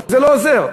וזה לא עוזר.